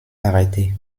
arrêté